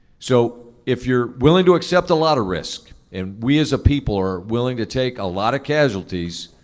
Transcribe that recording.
so if you're willing to accept a lot of risk, and we as a people are willing to take a lot of casualties,